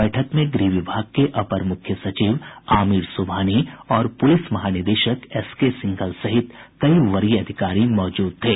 बैठक में गृह विभाग के अपर मुख्य सचिव आमिर सुबहानी और पुलिस महानिदेशक एसके सिंघल सहित कई वरीय अधिकारी मौजूद थे